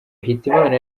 hitimana